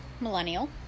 Millennial